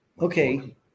Okay